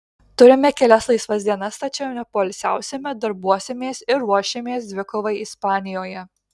turime kelias laisvas dienas tačiau nepoilsiausime darbuosimės ir ruošimės dvikovai ispanijoje